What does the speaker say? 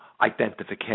identification